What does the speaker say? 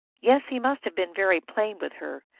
yes, he must have been very plain with her,